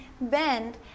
bend